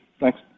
Thanks